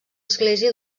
església